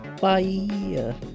bye